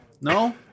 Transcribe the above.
No